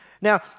Now